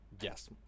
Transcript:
Yes